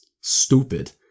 stupid